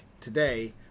today